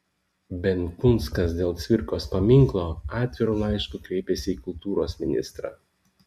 benkunskas dėl cvirkos paminklo atviru laišku kreipėsi į kultūros ministrą